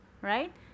right